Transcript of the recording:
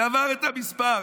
זה עבר את המספר,